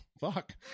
fuck